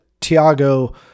Tiago